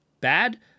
bad